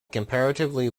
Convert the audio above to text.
comparatively